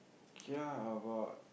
kia about